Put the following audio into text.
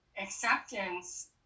acceptance